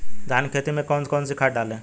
धान की खेती में कौन कौन सी खाद डालें?